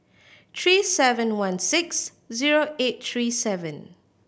three seven one six zero eight three seven